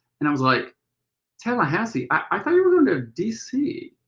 and i was like tallahassee, i thought you were going to dc?